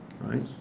Right